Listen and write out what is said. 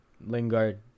Lingard